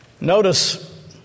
Notice